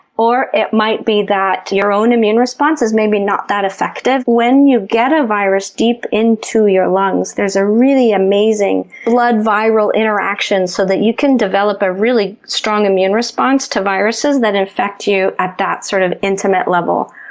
or it might be that your own immune response is maybe not that effective. when you get a virus deep into your lungs, there's a really amazing blood viral interaction so that you can develop a really strong immune response to viruses that infect you at that, sort of, intimate level.